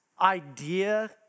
idea